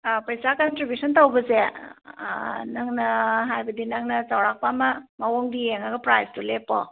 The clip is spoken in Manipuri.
ꯑꯥ ꯄꯩꯁꯥ ꯀꯟꯇ꯭ꯔꯤꯕꯤꯌꯨꯁꯟ ꯇꯧꯕꯁꯦ ꯅꯪꯅ ꯍꯥꯏꯕꯗꯤ ꯅꯪꯅ ꯆꯥꯎꯔꯥꯛꯄ ꯑꯃ ꯃꯑꯣꯡꯗꯨ ꯌꯦꯡꯉꯒ ꯄ꯭ꯔꯥꯏꯁꯇꯣ ꯂꯦꯞꯄꯣ